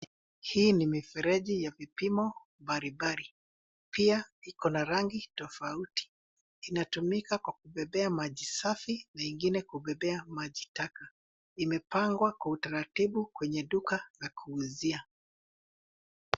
Hii ni mifereji ya vipimo mbalimbali, pia iko na rangi tofauti . Inatumika kwa kubebea maji safi, vingine kubebea maji taka. Imepangwa kwa utaratibu kwenye duka la kuuzia.